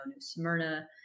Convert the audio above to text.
Smyrna